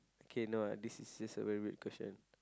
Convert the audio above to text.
okay you know what this is a very rude queston